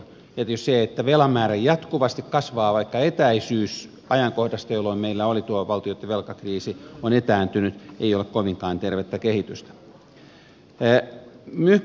tietysti se että velan määrä jatkuvasti kasvaa vaikka etäisyys ajankohdasta jolloin meillä oli tuo valtioitten velkakriisi on etääntynyt ei ole kovinkaan tervettä kehitystä